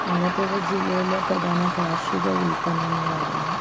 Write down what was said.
ആലപ്പുഴ ജില്ലയിലെ പ്രധാന കാർഷിക ഉത്പന്നങ്ങളാണ്